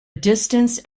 distance